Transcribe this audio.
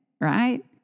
right